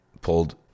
pulled